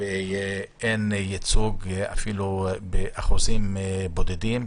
ואין ייצוג, אפילו באחוזים בודדים.